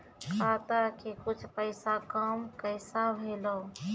खाता के कुछ पैसा काम कैसा भेलौ?